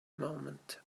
movement